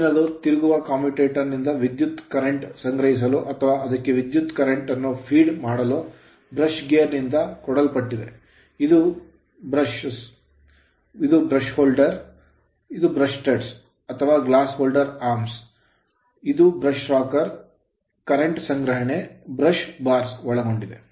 ಮುಂದಿನದು ತಿರುಗುವ commutator commutator ನಿಂದ ವಿದ್ಯುತ್ current ಕರೆಂಟ್ ಸಂಗ್ರಹಿಸಲು ಅಥವಾ ಅದಕ್ಕೆ ವಿದ್ಯುತ್ current ಕರೆಂಟ್ ಅನ್ನು feed ಫೀಡ್ ಮಾಡಲು ಬ್ರಷ್ ಗೇರ್ ನಿಂದ ಕೂಡಲ್ಪಟ್ಟಿದೆ ಇದು a brushes ಬ್ರಷ್ ಗಳು b brush holders brush holder ಗಳು c brush studs brush stud ಗಳು ಅಥವಾ glass holder arms glass holder ತೋಳುಗಳು d brush rocker brush rocker e current current ಸಂಗ್ರಹಣೆ f brush bars brush bar ಗಳನ್ನು ಒಳಗೊಂಡಿದೆ